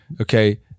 Okay